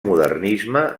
modernisme